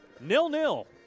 Nil-nil